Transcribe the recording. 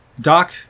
Doc